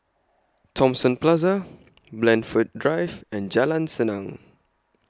Thomson Plaza Blandford Drive and Jalan Senang